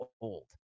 old